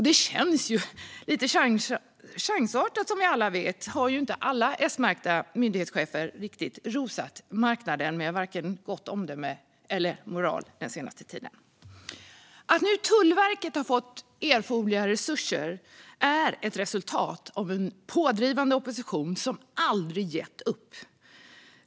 Det känns dessutom lite chansartat. Som vi alla vet har inte alla S-märkta myndighetschefer riktigt rosat marknaden med vare sig gott omdöme eller moral den senaste tiden. Att Tullverket nu har fått erforderliga resurser är ett resultat av en pådrivande opposition som aldrig gett upp.